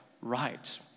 right